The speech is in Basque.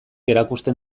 erakusten